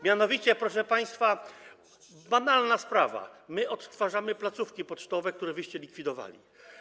Mianowicie, proszę państwa, banalna sprawa, my odtwarzamy placówki pocztowe, które wyście likwidowali.